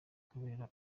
kubera